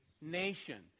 Nation